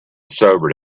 sobered